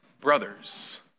brothers